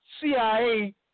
CIA